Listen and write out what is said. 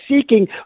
seeking